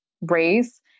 race